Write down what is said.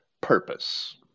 purpose